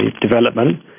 development